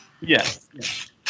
Yes